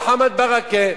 מוחמד ברכה,